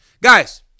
Guys